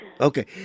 okay